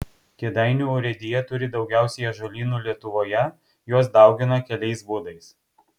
kėdainių urėdija turi daugiausiai ąžuolynų lietuvoje juos daugina keliais būdais